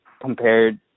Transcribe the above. compared